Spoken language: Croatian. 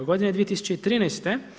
Godine 2013.